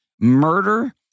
murder